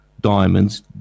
Diamonds